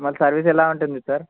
మరి సర్వీస్ ఎలా ఉంటుంది సార్